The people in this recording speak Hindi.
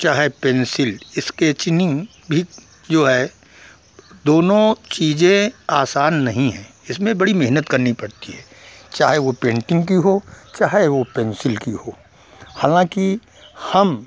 चाहे पेन्सिल इस्केचिन्ग भी जो है दोनों चीज़ें आसान नहीं हैं इसमें बड़ी मेहनत करनी पड़ती है चाहे वह पेन्टिन्ग की हो चाहे वह पेन्सिल की हो हालाँकि हम